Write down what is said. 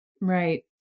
Right